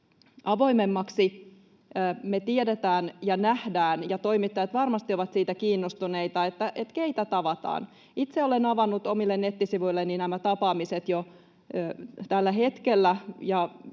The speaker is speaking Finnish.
avoimemmaksi. Me tiedetään ja nähdään ja toimittajat varmasti ovat siitä kiinnostuneita, keitä tavataan. Itse olen avannut omille nettisivuilleni nämä tapaamiset jo tällä hetkellä,